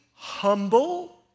Humble